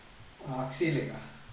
axaleak ah